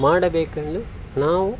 ಮಾಡಬೇಕೆಂದು ನಾವು